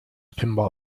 pinball